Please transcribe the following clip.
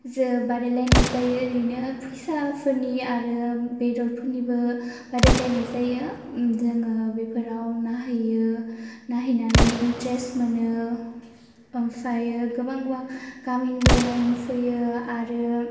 जों बादायलायनाय जायो ओरैनो फैसाफोरनि आरो बेदरफोरनिबो बादायलायनाय जायो जोङो बेफोराव नाहैयो नायहैनानै इन्टारेस्ट मोनो ओमफ्राय गोबां गोबां गामिनिबो नायनो फैयो आरो